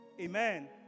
amen